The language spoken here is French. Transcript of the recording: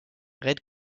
red